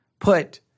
put